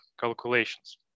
calculations